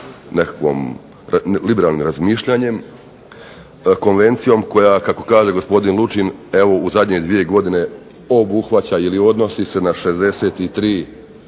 nekakvim liberalnim razmišljanjem. Konvencijom koja kako kaže gospodin Lučin evo u zadnje dvije godine obuhvaća ili odnosi se na 63